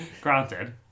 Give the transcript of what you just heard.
Granted